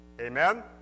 Amen